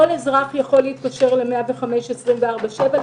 כל אזרח יכול להתקשר ל-105 במשך 24/7,